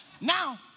Now